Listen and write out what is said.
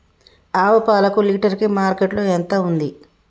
ఆవు పాలకు లీటర్ కి మార్కెట్ లో ఎంత ఉంది?